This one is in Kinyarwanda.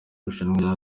irushanwa